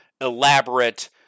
elaborate